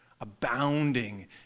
abounding